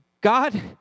God